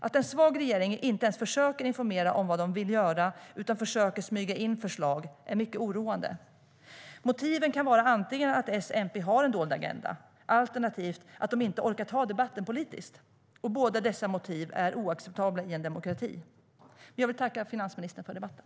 Att en svag regering inte ens försöker informera om vad de vill göra utan försöker smyga in förslag är mycket oroande. Motiven kan vara antingen att SMP har en dold agenda, alternativt att de inte orkar ta debatten politiskt. Båda dessa motiv är oacceptabla i en demokrati. Jag vill tacka finansministern för debatten.